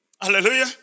Hallelujah